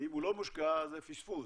ואם הוא לא מושקע זה פספוס.